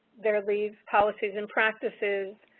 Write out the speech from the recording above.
their leave policies and practices,